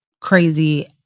crazy